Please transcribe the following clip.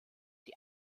die